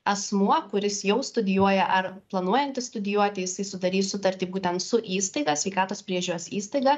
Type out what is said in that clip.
asmuo kuris jau studijuoja ar planuojantis studijuoti jisai sudarys sutartį būtent su įstaiga sveikatos priežiūros įstaiga